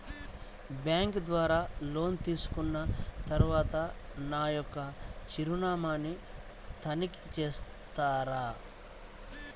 Bank ద్వారా loan తీసుకున్న తరువాత నా యొక్క చిరునామాని తనిఖీ చేస్తారా?